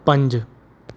ਪੰਜ